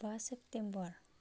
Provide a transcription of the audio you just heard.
बा सेप्टेम्बर